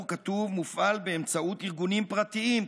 כתוב: "מופעל באמצעות ארגונים פרטיים",